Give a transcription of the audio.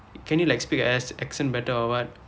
can you like speak an accent better or what